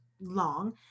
long